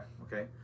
Okay